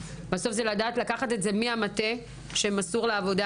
יודעים לקחת את הזה מהמטה שמסור לעבודה